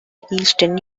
eastern